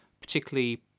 particularly